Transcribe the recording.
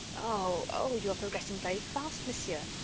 oh! oh! you are progressing very fast, monsieur.